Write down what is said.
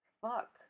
fuck